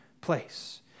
place